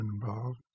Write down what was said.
involved